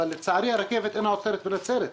אבל לצערי הרכבת אינה עוצרת בנצרת.